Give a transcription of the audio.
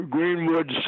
Greenwood